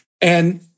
And-